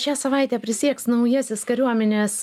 šią savaitę prisieks naujasis kariuomenės